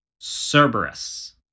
Cerberus